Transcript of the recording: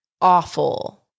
awful